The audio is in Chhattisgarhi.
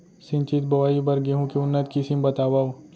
सिंचित बोआई बर गेहूँ के उन्नत किसिम बतावव?